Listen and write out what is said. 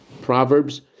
Proverbs